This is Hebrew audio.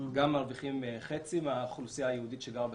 מרוויחים חצי מהאוכלוסייה היהודית שגרה בצפון.